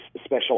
special